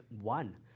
one